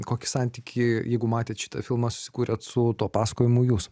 kokį santykį jeigu matėt šitą filmą susikūrėt su tuo pasakojimu jūs